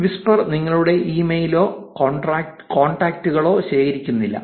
Whisper നിങ്ങളുടെ ഇമെയിലോ കോൺടാക്റ്റുകളോ ശേഖരിക്കുന്നില്ല